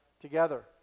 together